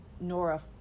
Nora